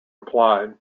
applied